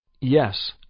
Yes